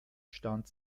stand